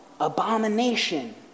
abomination